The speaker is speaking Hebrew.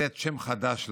לתת שם חדש לחוק.